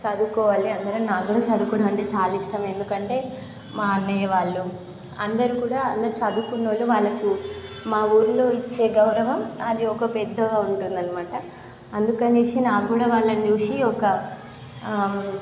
చదువుకోవాలి అందరు నాకు కూడా చదువుకోవడం అంటే చాలా ఇష్టం ఎందుకంటే మా అన్నయ్యా వాళ్ళు అందరు కూడా అందరు చదువుకున్న వాళ్ళే వాళ్ళకు మా ఊరిలో ఇచ్చే గౌరవం అది ఒక పెద్దగా ఉంటుంది అనమాట అందుకని అనేసి నాకు కూడా వాళ్ళను చూసి ఒక